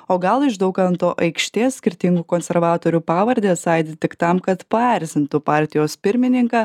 o gal iš daukanto aikštės skirtingų konservatorių pavardės aidi tik tam kad paerzintų partijos pirmininką